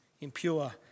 impure